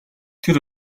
тэр